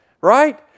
Right